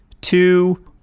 two